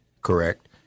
correct